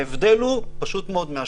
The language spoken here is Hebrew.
ההבדל הוא מהשטח.